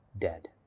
dead